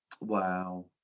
Wow